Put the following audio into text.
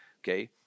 okay